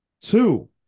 Two